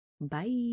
Bye